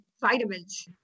vitamins